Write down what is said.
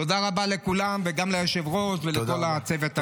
תודה רבה לכולם וגם ליושב-ראש ולכל הצוות הנפלא.